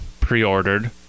pre-ordered